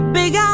big